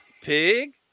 Pig